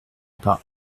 pas